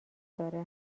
داره